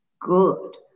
Good